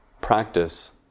practice